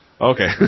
okay